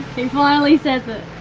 he finally says it.